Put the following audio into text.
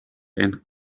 and